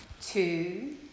two